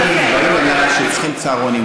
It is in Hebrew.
אני עונה לך שהם צריכים צהרונים,